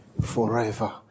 forever